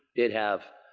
did have